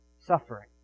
suffering